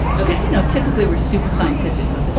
because, you know, typically we're super scientific but the